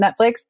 Netflix